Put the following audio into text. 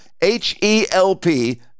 H-E-L-P